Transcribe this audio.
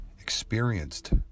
experienced